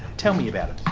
tell me about it.